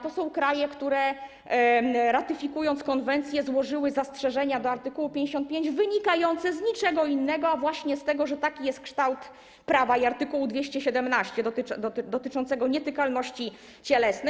To są kraje, które ratyfikując konwencję, zgłosiły zastrzeżenia do art. 55 wynikające z niczego innego jak właśnie z tego, że taki jest kształt prawa i art. 217 dotyczącego nietykalności cielesnej.